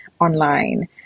online